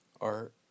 art